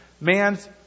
man's